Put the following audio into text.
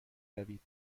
روید